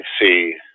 see